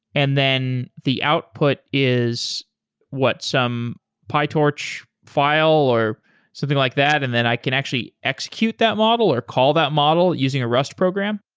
and then the output is what some pytorch file or something like that, and then i can actually execute that model or call that model using a rust program?